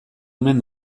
omen